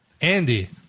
Andy